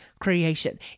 creation